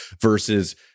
versus